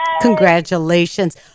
Congratulations